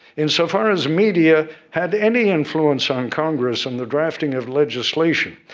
insofar as media had any influence on congress and the drafting of legislation,